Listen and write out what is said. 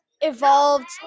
evolved